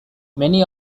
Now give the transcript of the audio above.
many